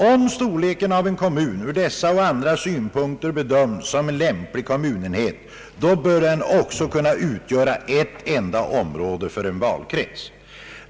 Om storleken av en kommun ur dessa och andra synpunkter bedöms lämplig som en enhet, då bör den också kunna utgöra en enda valkrets.